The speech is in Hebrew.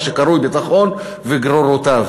מה שקרוי הביטחון וגרורותיו,